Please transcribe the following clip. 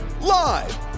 live